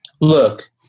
Look